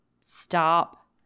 stop